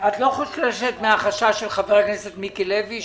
חוששת מהחשש של חבר הכנסת מיקי לוי,